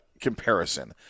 comparison